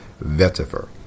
Vetiver